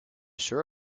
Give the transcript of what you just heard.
sure